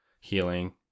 healing